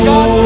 God